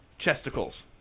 chesticles